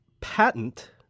patent